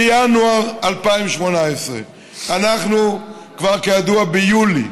בינואר 2018. אנחנו כידוע כבר ביולי,